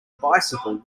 bicycle